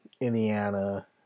Indiana